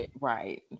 Right